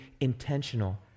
intentional